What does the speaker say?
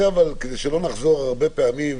כדי שלא נחזור על זה הרבה פעמים,